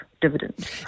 Dividends